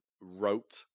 Wrote